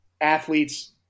athletes